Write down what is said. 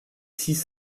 six